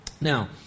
Now